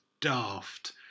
daft